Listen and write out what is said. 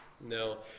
No